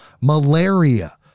malaria